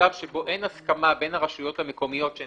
למצב שבו אין הסכמה בין הרשויות המקומיות שהן